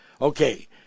Okay